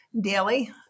daily